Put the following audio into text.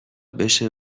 بشه